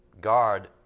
Guard